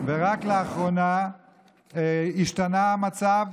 ורק לאחרונה השתנה המצב.